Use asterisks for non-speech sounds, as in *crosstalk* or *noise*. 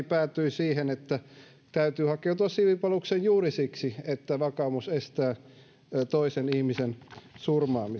*unintelligible* päätyi siihen että täytyy hakeutua siviilipalvelukseen juuri siksi että vakaumus estää toisen ihmisen surmaamisen